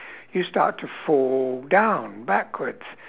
you start to fall down backwards